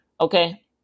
Okay